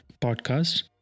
podcast